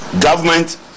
government